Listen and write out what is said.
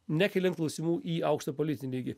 nekeliant klausimų į aukštą politinį lygį